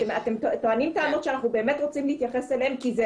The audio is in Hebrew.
אתם טוענים טענות שאנחנו באמת רוצים להתייחס אליהן כי זה